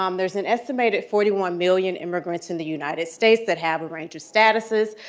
um there's an estimated forty one million immigrants in the united states that have a range of statuses.